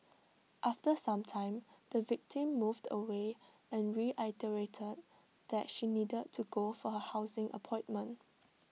after some time the victim moved away and reiterated that she needed to go for her housing appointment